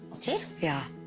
okay? yeah.